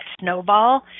snowball